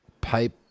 pipe